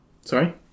Sorry